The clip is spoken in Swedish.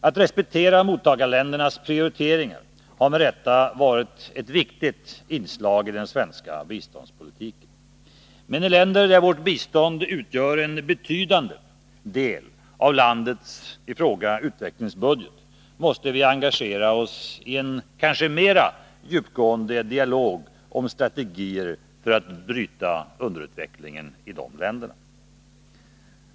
Att respektera mottagarländernas prioriteringar har med rätta varit ett viktigt inslag i den svenska biståndspolitiken. Men i länder där vårt bistånd utgör en betydande del av landets utvecklingsbudget måste vi engagera oss i en mer djupgående dialog om strategier för att bryta underutvecklingen i de länderna.